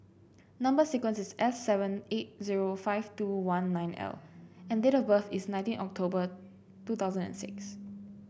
number sequence is S seven eight zero five two one nine L and date of birth is nineteen October two thousand and six